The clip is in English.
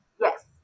Yes